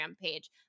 page